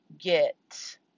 get